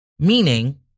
Meaning